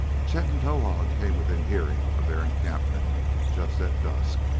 chet and towahg came within hearing of their encampment just at dusk,